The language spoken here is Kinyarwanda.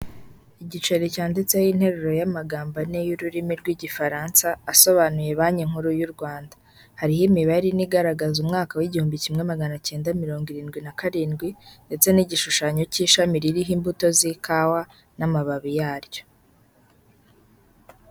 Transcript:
Igiceri cyanditseho interuro y'amagambo ane y'ururimi rw'igifaransa, asobanuye banki nkuru y'u Rwanda. Hariho imibare ine igaragaza umwaka w'igihumbi kimwe magana cyenda mirongo irindwi na karindwi ndetse n'igishushanyo cy'ishami ririho imbuto z'ikawa n'amababi yaryo.